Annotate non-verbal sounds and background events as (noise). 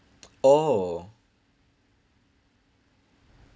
(noise) oh